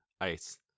Ice